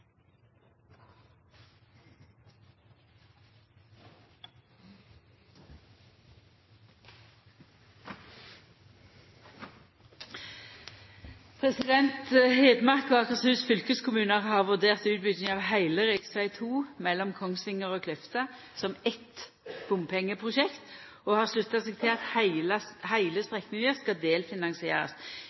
Akershus fylkeskommunar har vurdert utbygginga av heile rv. 2 mellom Kongsvinger og Kløfta som eitt bompengeprosjekt og har slutta seg til at heile strekninga skal